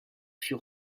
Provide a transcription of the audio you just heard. fut